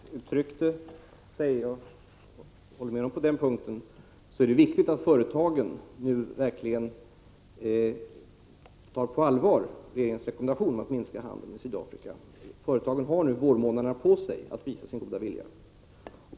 Fru talman! Som Hans Göran Franck uttryckte sig, och jag håller med honom på den punkten, är det viktigt att företagen verkligen tar regeringens rekommendation att minska handeln med Sydafrika på allvar. Företagen har nu vårmånaderna på sig att visa sin goda vilja.